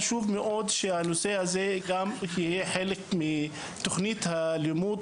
חשוב מאוד שהנושא הזה גם יהיה חלק מתוכנית הלימוד,